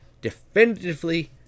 definitively